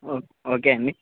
ఓ okay అండి